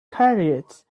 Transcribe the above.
carriage